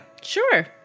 Sure